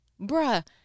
Bruh